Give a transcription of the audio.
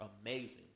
amazing